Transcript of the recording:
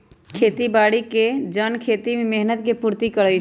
खेती बाड़ी के जन खेती में मेहनत के पूर्ति करइ छइ